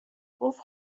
گفت